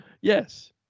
Yes